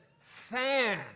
fan